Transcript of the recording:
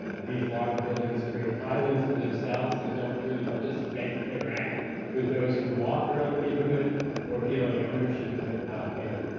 these large buildings create islands to themselves that don't really participate and interact with those who walk around the neighborhood or feel any ownership and in it.